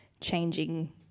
changing